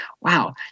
wow